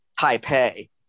Taipei